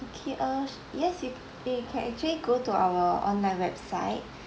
okay uh yes you you can actually go to our online website